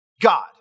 God